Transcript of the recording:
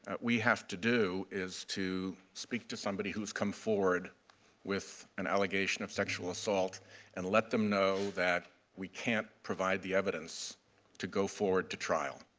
we have to do is to speak to somebody who has come forward with an allegation of sexual assault and let them know that we can't provide the evidence to go forward to trial.